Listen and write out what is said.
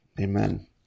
Amen